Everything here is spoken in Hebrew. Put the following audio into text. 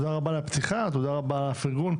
תודה רבה על הפתיחה, תודה רבה על הפרגון.